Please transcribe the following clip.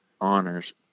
honors